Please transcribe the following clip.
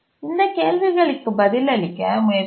இந்த கேள்விகளுக்கு பதிலளிக்க முயற்சிக்கவும்